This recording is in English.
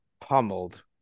pummeled